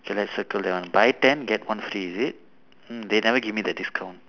K let's circle that one buy ten get one free is it hmm they never give me the discount